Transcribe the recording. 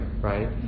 right